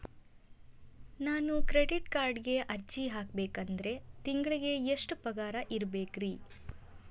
ನಾನು ಕ್ರೆಡಿಟ್ ಕಾರ್ಡ್ಗೆ ಅರ್ಜಿ ಹಾಕ್ಬೇಕಂದ್ರ ತಿಂಗಳಿಗೆ ಎಷ್ಟ ಪಗಾರ್ ಇರ್ಬೆಕ್ರಿ?